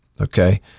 okay